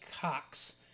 Cox